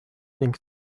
ning